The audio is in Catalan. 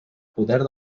poder